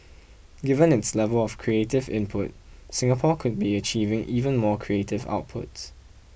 given its level of creative input Singapore could be achieving even more creative outputs